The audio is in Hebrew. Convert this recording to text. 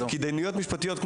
התדיינויות משפטיות,